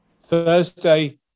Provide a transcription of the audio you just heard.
Thursday